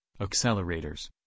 accelerators